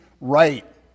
right